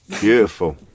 Beautiful